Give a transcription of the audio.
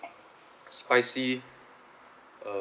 spicy uh